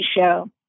show